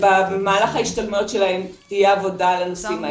ובמהלך ההשתלמויות שלהם תהיה עבודה על הנושאים האלה.